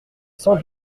sans